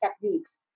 techniques